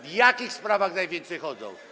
W jakich sprawach najczęściej chodzą?